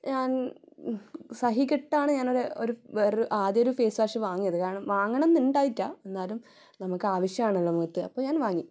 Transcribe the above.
ഞാൻ സഹികെട്ടാണ് ഞാനൊരു ഒരു വേറൊരു ആദ്യം ഒരു ഫേസ് വാഷ് വാങ്ങിയത് കാരണം വാങ്ങണമെന്ന് ഉണ്ടായിട്ടില്ല എന്നാലും നമുക്ക് ആവശ്യമാണല്ലോ മുഖത്ത് അപ്പം ഞാൻ വാങ്ങി